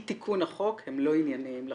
תיקון החוק הם לא ענייניים לחלוטין,